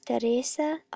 teresa